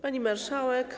Pani Marszałek!